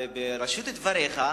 בראשית דבריך,